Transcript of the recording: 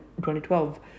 2012